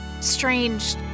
strange